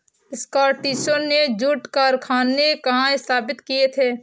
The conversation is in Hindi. स्कॉटिशों ने जूट कारखाने कहाँ स्थापित किए थे?